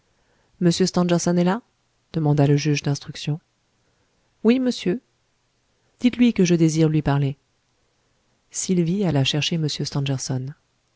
stangerson est là demanda le juge d'instruction oui monsieur dites-lui que je désire lui parler sylvie alla chercher